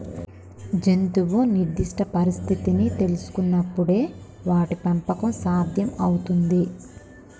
జంతువు నిర్దిష్ట పరిస్థితిని తెల్సుకునపుడే వాటి పెంపకం సాధ్యం అవుతుంది